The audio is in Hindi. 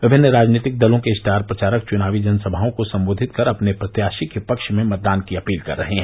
विभिन्न राजनीतिक दलों के स्टार प्रचारक चुनावी जनसभाओं को सम्बोधित कर अपने प्रत्याशी के पक्ष मे मतदान की अपील कर रहे हैं